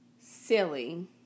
silly